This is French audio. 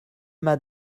mas